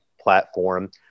platform